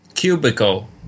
cubicle